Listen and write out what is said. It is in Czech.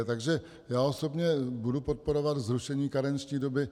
Takže já osobně budu podporovat zrušení karenční doby.